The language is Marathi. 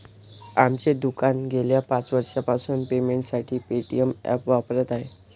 आमचे दुकान गेल्या पाच वर्षांपासून पेमेंटसाठी पेटीएम ॲप वापरत आहे